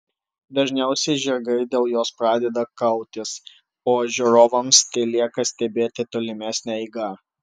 dažniausiai žirgai dėl jos pradeda kautis o žiūrovams telieka stebėti tolimesnę eigą